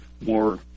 more